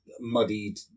muddied